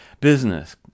business